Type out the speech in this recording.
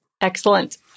Excellent